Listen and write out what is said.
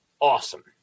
awesome